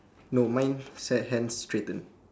no mine he's at hands straighten